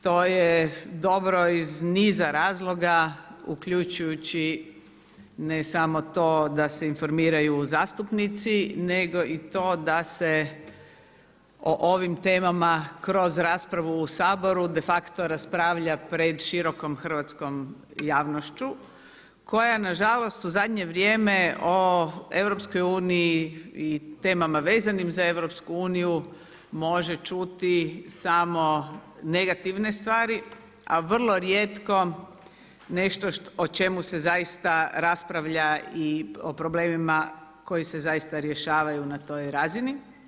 To je dobro iz niza razloga uključujući ne samo to da se informiraju zastupnici, nego i to da se o ovim temama kroz raspravu u Saboru de facto raspravlja pred širokom hrvatskom javnošću koja nažalost u zadnje vrijeme o EU i temama vezanim za EU može čuti samo negativne stvari a vrlo rijetko nešto o čemu se zaista raspravlja i o problemima koji se zaista rješavaju na toj razini.